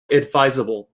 advisable